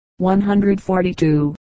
142